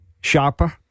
sharper